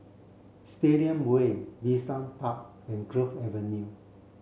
Stadium Way Bishan Park and Grove Avenue